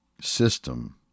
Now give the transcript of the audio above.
system